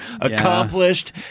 accomplished